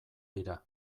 dira